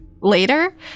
Later